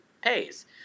pays